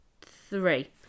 three